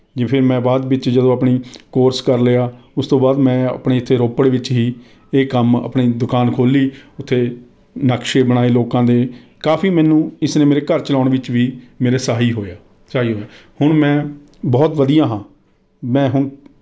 ਜਿਵੇਂ ਫਿਰ ਮੈਂ ਬਾਅਦ ਵਿੱਚ ਜਦੋਂ ਆਪਣੀ ਕੋਰਸ ਕਰ ਲਿਆ ਉਸ ਤੋਂ ਬਾਅਦ ਮੈਂ ਆਪਣੇ ਇੱਥੇ ਰੋਪੜ ਵਿੱਚ ਹੀ ਇਹ ਕੰਮ ਆਪਣੀ ਦੁਕਾਨ ਖੋਲ੍ਹੀ ਉੱਥੇ ਨਕਸ਼ੇ ਬਣਾਏ ਲੋਕਾਂ ਦੇ ਕਾਫ਼ੀ ਮੈਨੂੰ ਇਸ ਨੇ ਮੇਰਾ ਘਰ ਚਲਾਉਣ ਵਿੱਚ ਵੀ ਮੇਰਾ ਸਹਾਈ ਹੋਇਆ ਸਹਾਈ ਹੋਇਆ ਹੁਣ ਮੈਂ ਬਹੁਤ ਵਧੀਆ ਹਾਂ ਮੈਂ ਹੁਣ